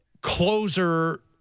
closer